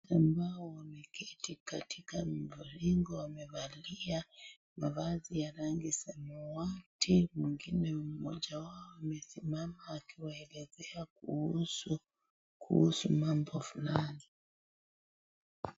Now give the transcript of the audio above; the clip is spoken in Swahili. Ambao wameketi katika mviringo wamevalia mavazi ya rangi samawati mwingine mmoja wao amesimama akiwaelezea kuhusu mambo fulani.